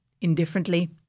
indifferently